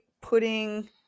putting